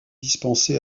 dispensé